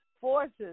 forces